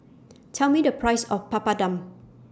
Tell Me The Price of Papadum